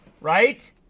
Right